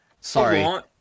sorry